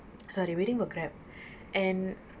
sorry waiting for grab and